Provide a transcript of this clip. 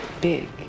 big